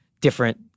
different